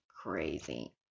crazy